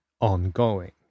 ongoing